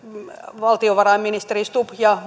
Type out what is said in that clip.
valtiovarainministeri stubb ja